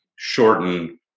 shorten